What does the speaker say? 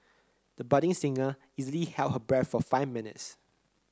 the budding singer easily held her breath for five minutes